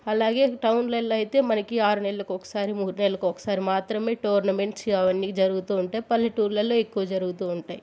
అలాగే టౌన్లలో అయితే మనకి ఆరు నెలలకు ఒకసారి మూడు నెలలకు ఒకసారి మాత్రమే టోర్నమెంట్స్ అవన్నీ జరుగుతు ఉంటాయి పల్లెటూర్లలో ఎక్కువ జరుగుతు ఉంటాయి